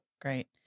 Great